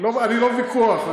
אני לא בוויכוח,